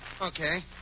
Okay